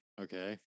Okay